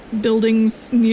buildings